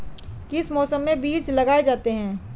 किस मौसम में बीज लगाए जाते हैं?